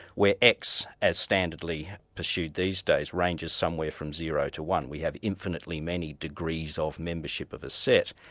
where x, as standardly pursued these days, ranges somewhere from zero to one. we have infinitely many degrees of membership of a set.